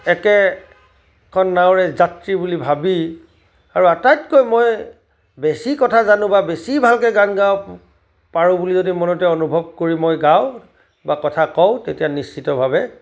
একেখন নাৱৰে যাত্ৰী বুলি ভাবি আৰু আটাইতকৈ মই বেছি কথা জানো বা বেছি ভালকৈ গান গাব পাৰোঁ বুলি যদি মনতে অনুভৱ কৰি মই গাওঁ বা কথা কওঁ তেতিয়া নিশ্চিতভাৱে